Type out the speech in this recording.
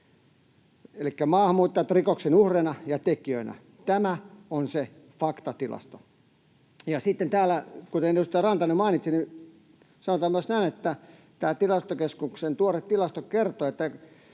”Maahanmuuttajat rikosten uhreina ja tekijöinä” on se faktatilasto. Sitten täällä, kuten edustaja Rantanen mainitsi, sanotaan myös näin, että Tilastokeskuksen tuore tilasto kertoo, että